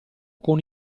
con